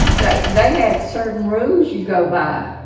they they had certain rules you go by.